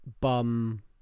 bum